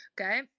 okay